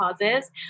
causes